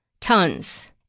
tons